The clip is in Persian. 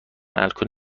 الکل